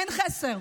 אין חסר.